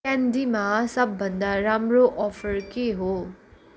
क्यान्डीमा सब भन्दा राम्रो अफर के हो